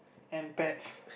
and pets